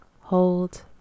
hold